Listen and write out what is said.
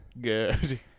Good